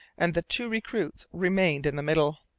and the two recruits remained in the middle.